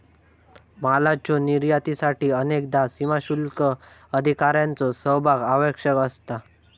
मालाच्यो निर्यातीसाठी अनेकदा सीमाशुल्क अधिकाऱ्यांचो सहभाग आवश्यक असता